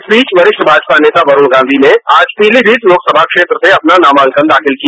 इस बीच वरिष्ठ भाजपा नेता वरूण गांधी ने आज पीलीभीत लोकसभा क्षेत्र से अपना नामांकन दाखिल किया